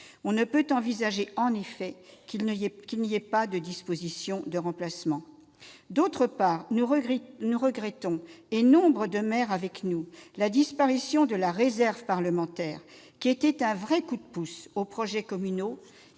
On ne peut envisager, en effet, qu'il n'y ait pas de disposition de remplacement. Par ailleurs, nous regrettons, comme nombre de maires, la disparition de la réserve parlementaire, qui était un vrai coup de pouce pour les projets communaux